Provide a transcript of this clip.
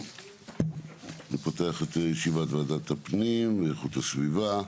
אני פותח את ישיבת ועדת הפנים ואיכות הסביבה.